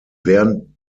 während